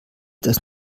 das